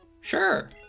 Sure